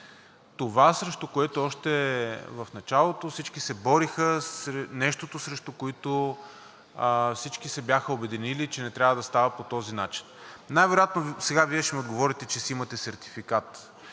това, срещу което още в началото всички се бореха, нещото, срещу което всички се бяха обединили, че не трябва да става по този начин? Най-вероятно сега Вие ще ми отговорите, че си имате сертификат,